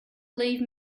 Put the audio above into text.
leave